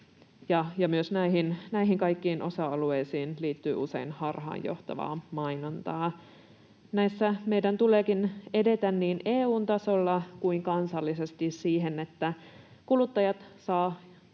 myös kaikkiin näihin osa-alueisiin liittyy usein harhaanjohtavaa mainontaa. Näissä meidän tuleekin edetä niin EU:n tasolla kuin kansallisesti siihen, että kuluttajat saavat